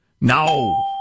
No